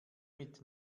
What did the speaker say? mit